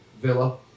Villa